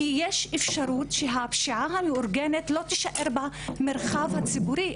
כי יש אפשרות שהפשיעה המאורגנת לא תישאר במרחב הציבורי,